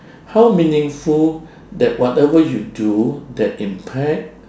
how meaningful that whatever you do that impact